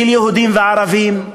של יהודים וערבים,